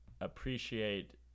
appreciate